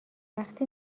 وقتی